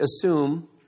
assume